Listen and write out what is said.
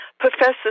Professor